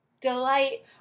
Delight